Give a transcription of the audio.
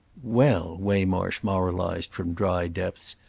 well, waymarsh moralised from dry depths,